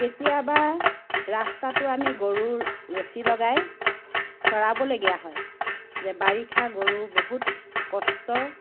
কেতিয়াবা ৰাস্তাতো আমি গৰুৰ ৰছী লগাই চৰাবলগীয়া হয় যে বাৰিষাৰ গৰু বহুত কষ্ট